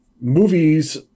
movies